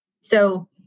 So-